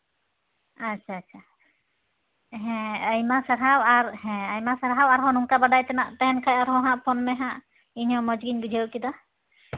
ᱟᱪᱪᱷᱟ ᱟᱪᱪᱷᱟ ᱦᱮᱸ ᱟᱭᱢᱟ ᱥᱟᱨᱦᱟᱣ ᱟᱨ ᱦᱮᱸ ᱟᱭᱢᱟ ᱥᱟᱨᱦᱟᱣ ᱟᱨᱦᱚᱸ ᱱᱚᱝᱠᱟ ᱵᱟᱰᱟᱭ ᱛᱮᱱᱟᱜ ᱛᱟᱦᱮᱱ ᱠᱷᱟᱡ ᱟᱨᱦᱚᱸ ᱦᱟᱸᱜ ᱯᱷᱚᱱ ᱢᱮ ᱦᱟᱸᱜ ᱤᱧᱦᱚᱸ ᱢᱚᱡᱽ ᱜᱮᱧ ᱵᱩᱡᱷᱟᱹᱣ ᱠᱮᱫᱟ